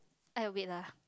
I a bit lah